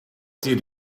did